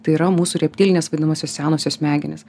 tai yra mūsų reptilinės vadinamosios senosios smegenys